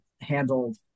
handled